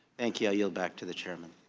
thank you, i yield back to the chairman.